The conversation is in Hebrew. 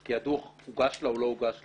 כי הדוח הוגש לה או לא הוגש לה,